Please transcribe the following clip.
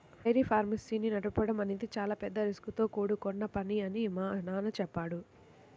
dairy farms ని నడపడం అనేది చాలా పెద్ద రిస్కుతో కూడుకొన్న పని అని మా నాన్న చెప్పాడు